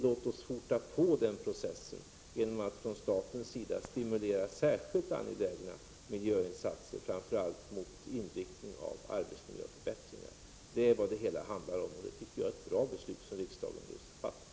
Låt oss skynda på den processen genom att från statens sida stimulera särskilt angelägna miljöinsatser, framför allt med inriktning på arbetsmiljöförbättringar. Detta är vad det hela handlar om, och riksdagen har fattat ett bra beslut.